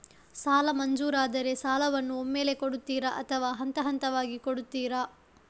ಸಾಲ ಮಂಜೂರಾದರೆ ಸಾಲವನ್ನು ಒಮ್ಮೆಲೇ ಕೊಡುತ್ತೀರಾ ಅಥವಾ ಹಂತಹಂತವಾಗಿ ಕೊಡುತ್ತೀರಾ?